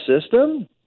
system